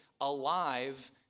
alive